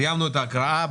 סיימנו את ההקראה.